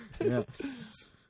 Yes